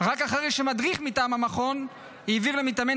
רק אחרי שמדריך מטעם המכון העביר למתאמן